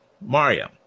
Mario